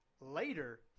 later